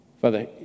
Father